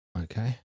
Okay